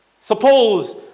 Suppose